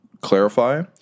clarify